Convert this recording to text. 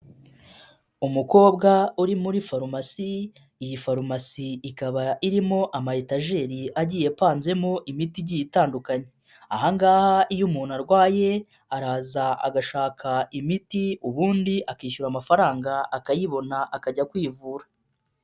Umukobwa uri muri farumasi, iyi farumasi ikaba irimo amayetageri agiye apanzemo imiti igiye itandukanye, ahangaha iyo umuntu arwaye araza agashaka imiti ubundi akishyura amafaranga akayibona akajya kwivura.